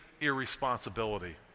irresponsibility